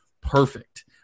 perfect